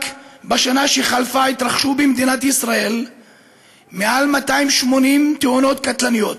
בשנה שחלפה התרחשו במדינת ישראל מעל 280 תאונות קטלניות,